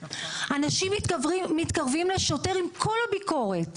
אנשים מתקרבים לשוטר עם כל הביקורת,